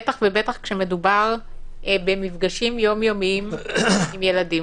בטח ובטח כשמדובר במפגשים יום יומיים עם ילדים.